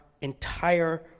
entire